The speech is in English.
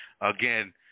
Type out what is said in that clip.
Again